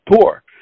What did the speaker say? tour